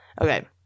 Okay